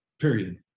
period